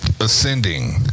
Ascending